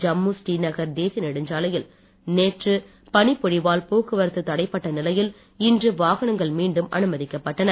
ஜம்மு ஸ்ரீநகர் தேசிய நெடுஞ்சாலையில் நேற்று பனிப் பொழிவால் போக்குவரத்து தடைபட்ட நிலையில் இன்று வாகனங்கள் மீண்டும் அனுமதிக்கப்பட்டன